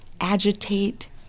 Agitate